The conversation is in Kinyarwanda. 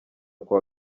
kuwa